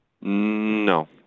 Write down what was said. No